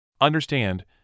Understand